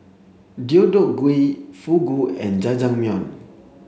Deodeok Gui Fugu and Jajangmyeon